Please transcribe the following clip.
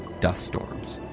dust storms?